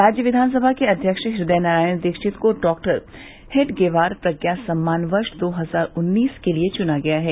राज्य विधानसभा के अध्यक्ष हृदय नारायण दीक्षित को डॉक्टर हेडगेवार प्रज्ञा सम्मान वर्ष दो हज़ार उन्नीस के लिये चुना गया है